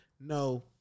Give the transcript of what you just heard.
no